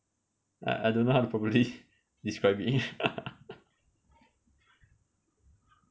like I don't know how to properly describe it